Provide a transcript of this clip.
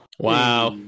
Wow